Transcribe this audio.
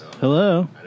Hello